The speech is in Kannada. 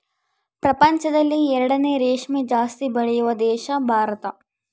ಪ್ರಪಂಚದಲ್ಲಿ ಎರಡನೇ ರೇಷ್ಮೆ ಜಾಸ್ತಿ ಬೆಳೆಯುವ ದೇಶ ಭಾರತ